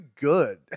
good